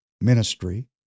ministry